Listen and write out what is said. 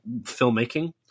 filmmaking